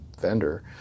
vendor